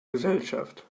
gesellschaft